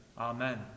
Amen